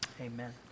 amen